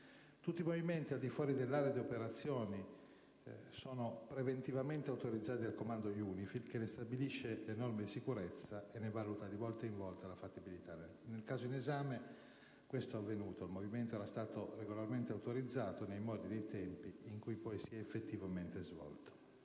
Tutti i movimenti al di fuori dell'area di operazione sono preventivamente autorizzati dal comando di UNIFIL, che ne stabilisce le norme di sicurezza e ne valuta, di volta in volta, la fattibilità. Nel caso in esame, questo è avvenuto: il movimento era stato regolarmente autorizzato nei modi e nei tempi in cui poi si è effettivamente svolto.